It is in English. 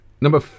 Number